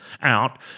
out